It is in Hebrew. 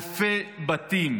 אלפי בתים